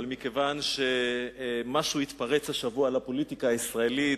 אבל מכיוון שמשהו התפרץ השבוע לפוליטיקה הישראלית,